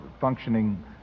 functioning